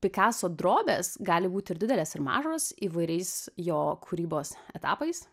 pikaso drobės gali būti ir didelės ir mažos įvairiais jo kūrybos etapais